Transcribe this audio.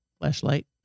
Flashlight